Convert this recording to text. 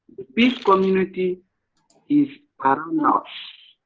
peace community is around us.